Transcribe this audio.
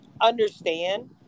understand